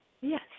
Yes